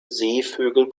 seevögel